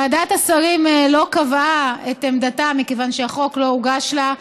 ועדת השרים לא קבעה את עמדתה מכיוון שהחוק לא הוגש לה.